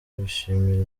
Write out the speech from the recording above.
bishimira